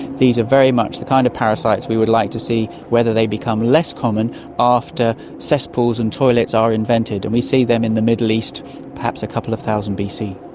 these are very much the kind of parasites we would like to see whether they become less common after cesspools and toilets are invented. and we see them in the middle east perhaps a couple of thousand bc.